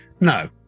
No